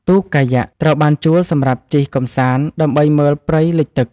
ទូកកាយ៉ាក់ ត្រូវបានជួលសម្រាប់ជិះកម្សាន្តដើម្បីមើលព្រៃលិចទឹក។